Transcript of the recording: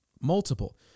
multiple